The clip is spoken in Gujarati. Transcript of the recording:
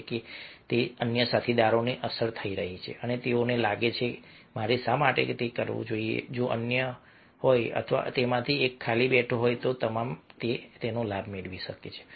કારણ કે અન્ય સાથીદારોને અસર થઈ રહી છે અને તેઓને લાગે છે કે મારે શા માટે કરવું જોઈએ જો અન્ય હોય અથવા તેમાંથી એક ખાલી બેઠો હોય અને તમામ લાભો મેળવે